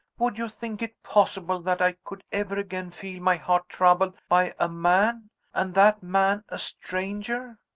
would you think it possible that i could ever again feel my heart troubled by a man and that man a stranger?